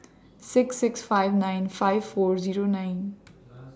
six six five nine five four Zero nine